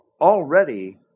already